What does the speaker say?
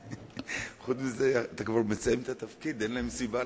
חברים, הודעה למזכיר הכנסת.